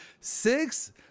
six